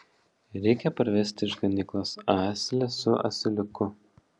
reikia parvesti iš ganyklos asilę su asiliuku